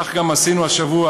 כך גם עשינו השבוע,